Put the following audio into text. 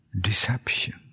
deception